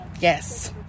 Yes